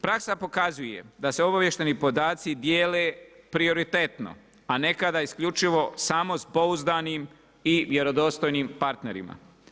Praksa pokazuje da se obavještajni podaci dijele prioritetno, a nekada isključivo samo s pouzdanim i vjerodostojnim partnerima.